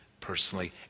personally